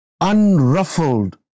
unruffled